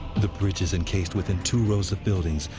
the bridge is encased within two rows of buildings,